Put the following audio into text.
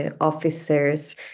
officers